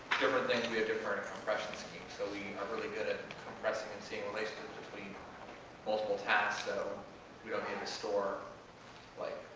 different things we have different compression schemes, so we are really good at compressing and seeing relationships between multiple tasks, so we don't need to store like